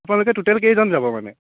আপোনালোকে ট'টেল কেইজন যাব মানে